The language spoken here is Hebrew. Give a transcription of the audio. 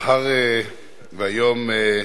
אדוני היושב-ראש,